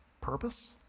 purpose